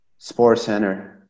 SportsCenter